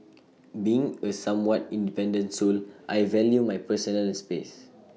being A somewhat independent soul I value my personal space